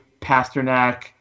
Pasternak